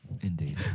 indeed